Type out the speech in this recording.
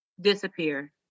disappear